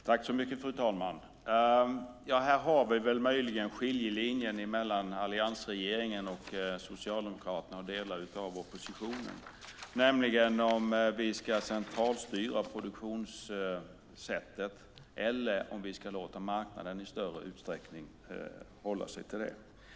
Fru talman! Här har vi möjligen skiljelinjen mellan alliansregeringen och Socialdemokraterna och delar av oppositionen, nämligen om vi ska centralstyra produktionssättet eller om vi ska låta marknaden i större utsträckning hålla sig till det.